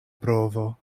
provo